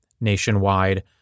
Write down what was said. nationwide